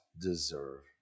deserve